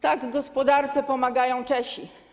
Tak gospodarce pomagają Czesi.